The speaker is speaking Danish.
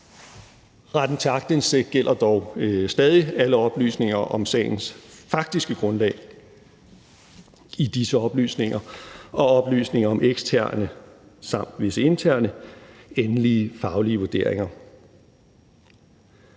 Retten til aktindsigt gælder dog stadig alle oplysninger om sagens faktiske grundlag i disse oplysninger og oplysninger om eksternes samt visse internes endelige faglige vurderinger.